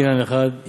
קניין אחד,